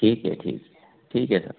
ठीक है ठीक है ठीक है सर